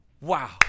Wow